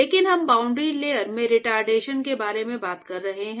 लेकिन हम boundary layer में रिटार्डेशन के बारे में बात कर रहे हैं